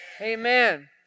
Amen